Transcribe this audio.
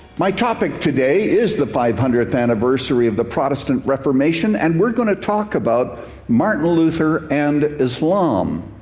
my topic today is the five hundredth anniversary of the protestant reformation. and we're going to talk about martin luther and islam.